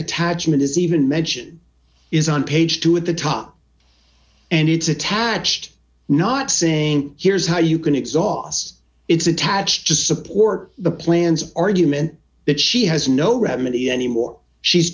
attachment is even mention is on page two at the top and it's attached not saying here's how you can exhaust its attached to support the plans argument that she has no remedy anymore she's